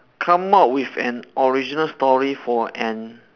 come out with an original story for an